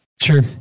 Sure